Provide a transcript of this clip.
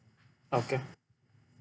okay